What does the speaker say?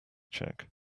check